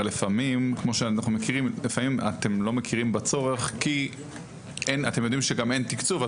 אנחנו מכירים שלפעמים אתם לא מכירים בצורך כי אתם יודעים שאין תקצוב,